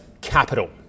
Capital